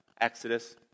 Exodus